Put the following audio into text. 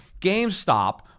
GameStop